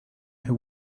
who